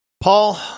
Paul